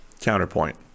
Counterpoint